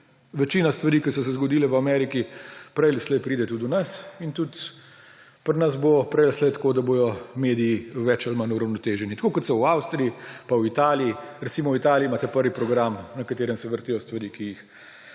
Večina stvari, ki so se zgodile v Ameriki, prej ali slej pride tudi do nas in tudi pri nas bo prej ali slej tako, da bodo mediji več ali manj uravnoteženi, tako kot so v Avstriji, v Italiji. Recimo v Italiji imate Prvi program, na katerem se vrtijo stvari, ki jih